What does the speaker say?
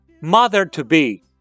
mother-to-be